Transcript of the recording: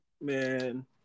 Man